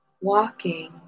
walking